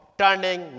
turning